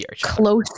Close